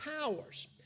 powers